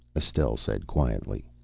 estelle said quietly,